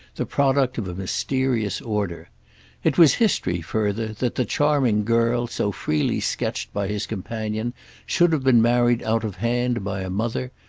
the product of a mysterious order it was history, further, that the charming girl so freely sketched by his companion should have been married out of hand by a mother,